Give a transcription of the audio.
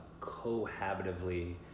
cohabitively